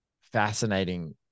fascinating